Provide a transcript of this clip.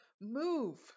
move